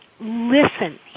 listen